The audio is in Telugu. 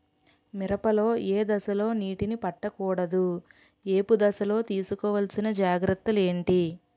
మిరప లో ఏ దశలో నీటినీ పట్టకూడదు? ఏపు దశలో తీసుకోవాల్సిన జాగ్రత్తలు ఏంటి?